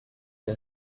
que